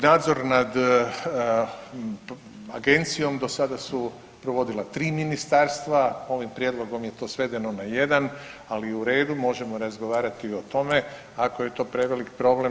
Nadzor nad agencijom do sada su provodila 3 ministarstva, ovim prijedlogom je to svedeno na jedan, ali u redu možemo razgovarati i o tome ako je to prevelik problem.